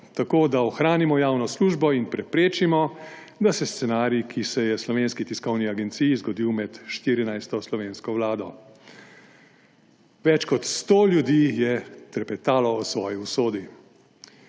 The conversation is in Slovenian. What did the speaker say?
tako, da ohranimo javno službo in preprečimo, da se [ponovi] scenarij, ki se je Slovenski tiskovni agenciji zgodil med 14. slovensko vlado. Več kot sto ljudi je trepetalo o svoji usodi.